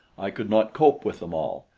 i could not cope with them all,